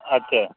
আচ্ছা